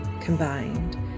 combined